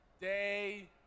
day